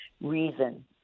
reason